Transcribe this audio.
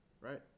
right